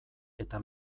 eta